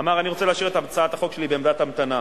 אמר: אני רוצה להשאיר את הצעת החוק שלי בעמדת המתנה,